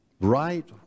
right